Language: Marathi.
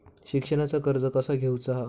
शिक्षणाचा कर्ज कसा घेऊचा हा?